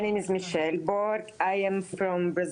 אני מבין שאת מדברת באנגלית.